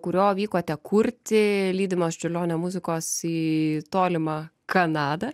kurio vykote kurti lydimos čiurlionio muzikos į tolimą kanadą